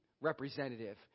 representative